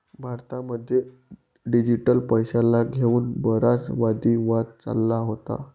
भारतामध्ये डिजिटल पैशाला घेऊन बराच वादी वाद चालला होता